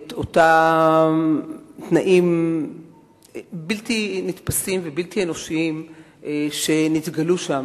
את אותם תנאים בלתי נתפסים ובלתי אנושיים שנתגלו שם,